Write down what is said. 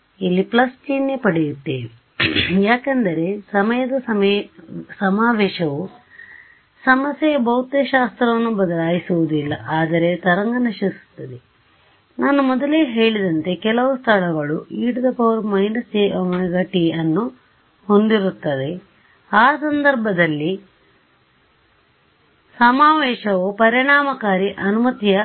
ನಾವು ಇಲ್ಲಿ ಪ್ಲಸ್ ಚಿಹ್ನೆ ಪಡೆಯುತ್ತೇವೆ ಯಾಕೆಂದರೆ ಸಮಯದ ಸಮಾವೇಶವು ಸಮಸ್ಯೆಯ ಭೌತಶಾಸ್ತ್ರವನ್ನು ಬದಲಾಯಿಸುವುದಿಲ್ಲ ಆದರೆ ತರಂಗವು ನಶಿಸುತ್ತದೆ ಆದ್ದರಿಂದ ನಾನು ಮೊದಲೇ ಹೇಳಿದಂತೆ ಕೆಲವು ಸ್ಥಳಗಳು e −jωt ಅನ್ನು ಹೊಂದಿರುತ್ತವೆ ಆ ಸಂದರ್ಭದಲ್ಲಿ ಸಮಾವೇಶವು ಪರಿಣಾಮಕಾರಿ ಅನುಮತಿಯು